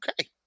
okay